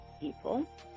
people